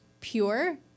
pure